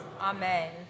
Amen